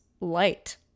light